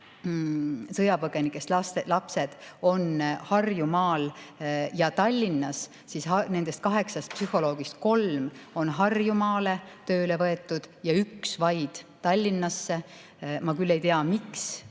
sõjapõgenikest lapsed on Harjumaal ja Tallinnas, nendest kaheksast psühholoogist kolm on Harjumaale tööle võetud ja vaid üks Tallinnasse. Ma ei tea, miks